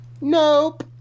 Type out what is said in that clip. Nope